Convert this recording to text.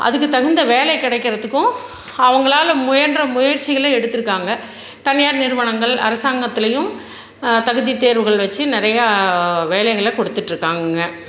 அதுக்கு தகுந்த வேலை கிடைக்கிறத்துக்கும் அவங்களால முயன்ற முயற்சிகளை எடுத்துருக்காங்கள் தனியார் நிறுவனங்கள் அரசாங்கத்துலேயும் தகுதி தேர்வுகள் வச்சு நிறையா வேலைகள் கொடுத்துட்ருக்காங்கங்க